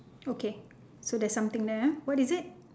okay so there something there ah what is it